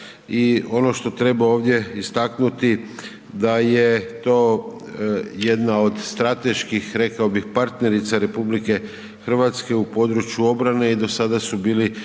i ono što treba ovdje istaknuti, da je to jedna od strateških, rekao bi partnerica RH u području obrane i do sada su bili